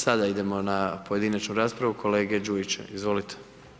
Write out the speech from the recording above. Sada idemo na pojedinačnu raspravu kolege Đujića, izvolite.